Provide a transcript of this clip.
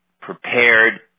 prepared